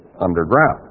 underground